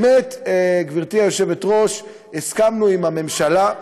גברתי היושבת-ראש, באמת הסכמנו עם הממשלה.